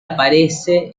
aparece